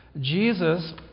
Jesus